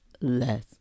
less